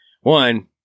One